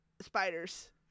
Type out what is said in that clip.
Spiders